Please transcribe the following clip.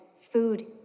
food